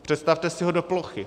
Představte si ho do plochy.